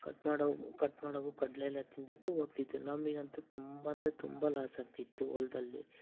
cut ಮಾಡವು cut ಮಾಡವು ಕಡಲೆ ಎಲ್ಲ ತಿಂದು ಬಿಟ್ಟು ಹೋಗ್ತಿದ್ವ್ ನಮಗಂತೂ ತುಂಬ ಅಂದರೆ ತುಂಬ ಲಾಸ್ ಆಗ್ತಿತ್ತು ಹೊಲ್ದಲ್ಲಿ